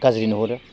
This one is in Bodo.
गाज्रि नुहुरो